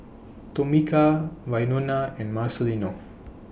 Tomika Wynona and Marcelino